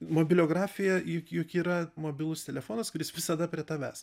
mobiliografija juk juk yra mobilus telefonas kuris visada prie tavęs